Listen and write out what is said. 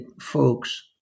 folks